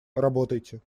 работайте